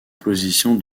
position